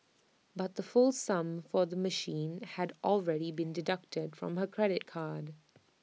but the full sum for the machine had already been deducted from her credit card